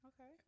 Okay